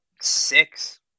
six